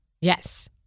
Yes